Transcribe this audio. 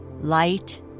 light